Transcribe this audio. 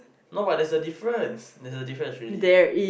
no but there's a difference there's a difference really